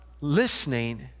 listening